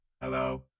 Hello